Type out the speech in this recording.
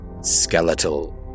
skeletal